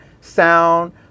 sound